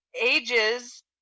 Ages